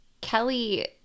Kelly